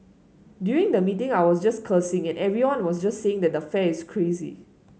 during the meeting I was just cursing and everyone was just saying that the fare is crazy